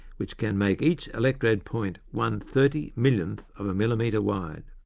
which can make each electrode point one thirty-millionth of a millimetre wide.